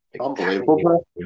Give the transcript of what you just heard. Unbelievable